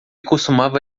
costumava